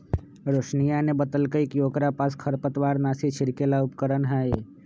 रोशिनीया ने बतल कई कि ओकरा पास खरपतवारनाशी छिड़के ला उपकरण हई